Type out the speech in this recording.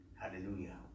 hallelujah